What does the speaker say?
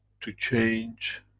to change,